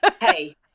Hey